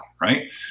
Right